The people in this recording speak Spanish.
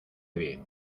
bien